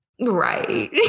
right